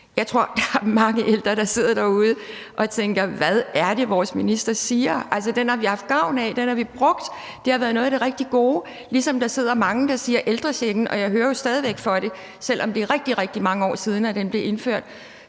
så er der mange ældre, der sidder derude og tænker: Hvad er det, vores minister siger, for den har vi haft gavn af, den har vi brugt, det har været noget af det rigtig gode? Det er der også mange, der siger om ældrechecken, og jeg hører jo stadig væk om det. Selv om det er rigtig, rigtig mange år siden, den blev indført,